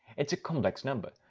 it's a complex number,